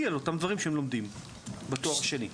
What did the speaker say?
על אותם דברים שהם לומדים בתואר השני.